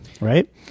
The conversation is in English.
Right